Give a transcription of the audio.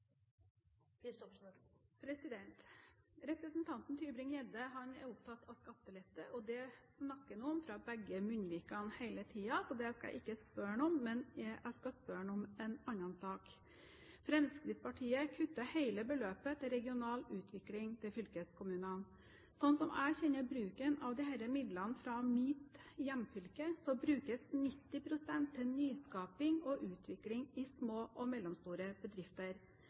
det snakker han om fra begge munnvikene hele tiden, så det skal jeg ikke spørre ham om. Men jeg skal spørre ham om en annen sak. Fremskrittspartiet kutter hele beløpet til regional utvikling til fylkeskommunene. Slik som jeg kjenner bruken av disse midlene fra mitt hjemfylke, brukes 90 pst. til nyskaping og utvikling i små og mellomstore bedrifter.